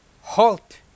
Halt